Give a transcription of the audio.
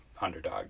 underdog